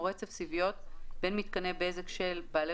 או רצף סיביות בין מיתקני בזק של בעלי